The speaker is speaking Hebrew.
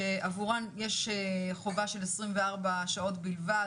שעבורן יש חובה של 24 שעות בלבד,